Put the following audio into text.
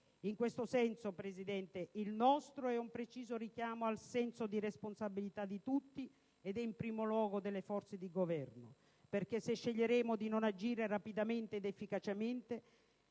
In questo senso, il nostro vuole essere un preciso richiamo al senso di responsabilità di tutti ed in primo luogo delle forze di Governo, perché se sceglieremo di non agire rapidamente ed efficacemente